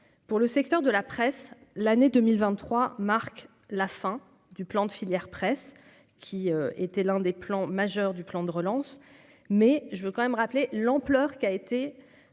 pour le secteur de la presse, l'année 2023 marque la fin du plan de filière presse qui était l'un des plans majeur du plan de relance, mais je veux quand même rappeler l'ampleur qu'a été